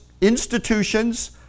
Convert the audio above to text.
institutions